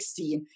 16